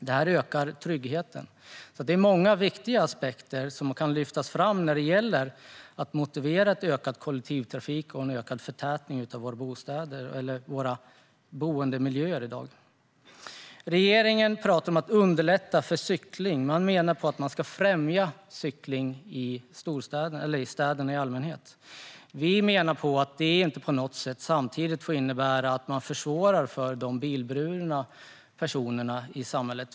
Det här ökar tryggheten. Det är många viktiga aspekter som kan lyftas fram för att motivera en ökad kollektivtrafik och en ökad förtätning av dagens boendemiljöer. Regeringen pratar om att underlätta för cykling. Man ska främja cykling i städerna. Vi menar att det samtidigt inte får innebära att man försvårar för människor som är bilburna.